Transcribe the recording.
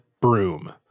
broom